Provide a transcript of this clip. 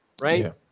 right